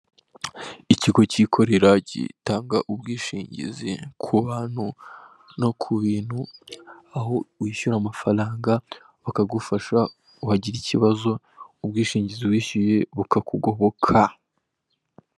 Ikigo kikorera gitanga ubwishingizi kubantu no kubintu aho wishyura amafaranga bakagufasha wagira ikibazo ubwishingizi wishyuye bukakugoboka.